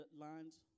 lines